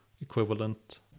equivalent